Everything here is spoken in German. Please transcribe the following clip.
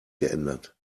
geändert